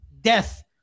death